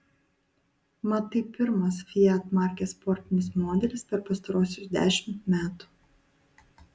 mat tai pirmas fiat markės sportinis modelis per pastaruosius dešimt metų